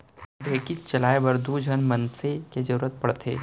ढेंकीच चलाए बर दू झन मनसे के जरूरत पड़थे